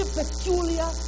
peculiar